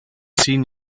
zehn